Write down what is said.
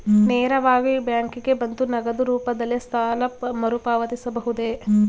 ನೇರವಾಗಿ ಬ್ಯಾಂಕಿಗೆ ಬಂದು ನಗದು ರೂಪದಲ್ಲೇ ಸಾಲ ಮರುಪಾವತಿಸಬಹುದೇ?